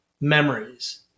memories